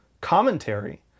commentary